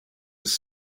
was